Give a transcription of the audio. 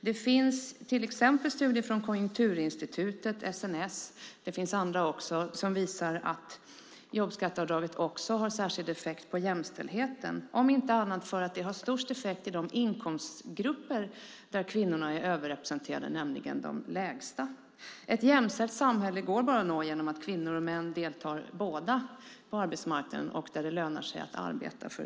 Det finns studier från Konjunkturinstitutet, SNS med flera som visar att jobbskatteavdraget också har särskild effekt på jämställdheten, om inte annat för att det har störst effekt i de inkomstgrupper där kvinnor är överrepresenterade, nämligen de lägsta. Ett jämställt samhälle går bara att nå om både kvinnor och män deltar på arbetsmarknaden och det lönar sig för bägge könen att arbeta.